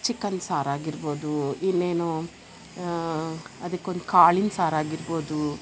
chicken ಸಾರಾಗಿರ್ಬೋದು ಇನ್ನೇನು ಅದಕ್ಕೊಂದು ಕಾಳಿನ ಸಾರಾಗಿರ್ಬೋದು